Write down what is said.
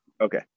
Okay